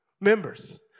Members